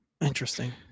Interesting